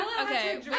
Okay